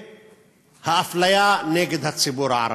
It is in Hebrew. והאפליה נגד הציבור הערבי.